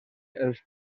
els